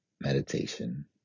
meditation